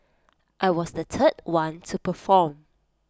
I was the third one to perform